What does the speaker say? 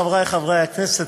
חברי חברי הכנסת,